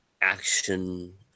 action